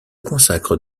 consacre